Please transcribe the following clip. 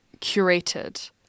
curated